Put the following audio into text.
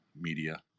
media